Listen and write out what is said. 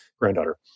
granddaughter